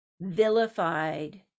vilified